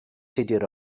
tudur